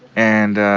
and